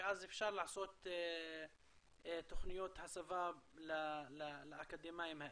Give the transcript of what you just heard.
אז אפשר לעשות תוכניות הסבה לאקדמאים האלה.